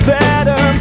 better